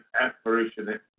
aspiration